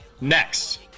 next